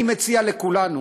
אני מציע לכולנו